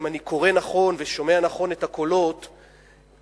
אם אני קורא נכון ושומע נכון את הקולות בציבור,